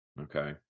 Okay